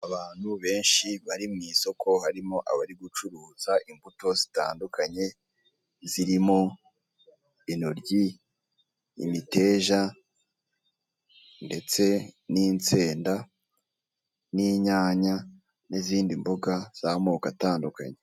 Abantu benshi bari mu isoko harimo abari gucuruza imbuto zitandukanye zirimo intoryi ,imiteja ndetse n'insenda, n'inyanya n'izindi mboga z'amoko atandukanye .